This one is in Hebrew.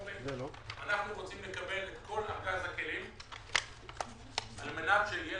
אנחנו רוצים לקבל את כל ארגז הכלים על מנת שיהיה